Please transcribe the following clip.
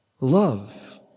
love